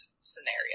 scenario